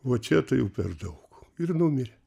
va čia tai jau per daug ir numirė